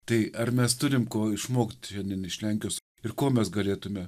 tai ar mes turim ko išmokt šiandien iš lenkijos ir ko mes galėtume